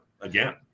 again